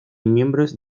miembros